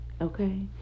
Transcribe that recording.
Okay